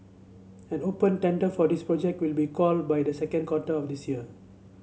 an open tender for this project will be called by the second quarter of this year